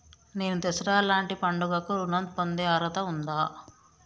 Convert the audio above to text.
నేను దసరా లాంటి పండుగ కు ఋణం పొందే అర్హత ఉందా?